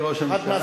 אדוני ראש הממשלה,